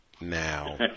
now